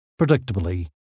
Predictably